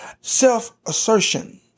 self-assertion